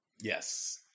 Yes